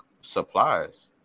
supplies